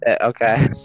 Okay